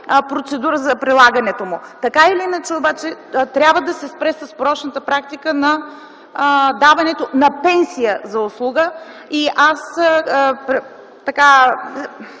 процедура за прилагането му. Така или иначе, обаче трябва да се спре с порочната практика на даването на пенсия за заслуга. Аз